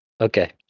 okay